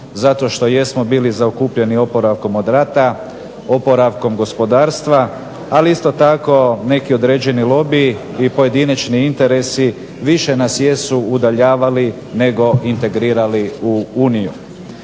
zato što jesmo bili zaokupljeni oporavkom od rata, oporavkom gospodarstva, ali isto tako neki određeni lobiji i pojedinačni interesi više nas jesu udaljavali nego integrirali u Uniju.